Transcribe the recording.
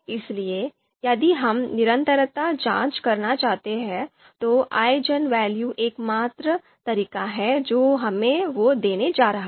इसलिए यदि हम निरंतरता जांच करना चाहते हैं तो आइजनवेल्यू एकमात्र तरीका है जो हमें वह देने जा रहा है